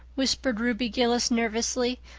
whispered ruby gillis nervously,